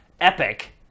Epic